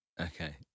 Okay